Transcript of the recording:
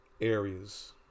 areas